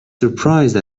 surprised